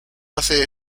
hace